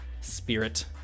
spirit